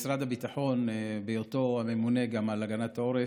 משרד הביטחון, בהיותו גם הממונה על הגנת העורף,